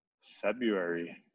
february